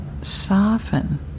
soften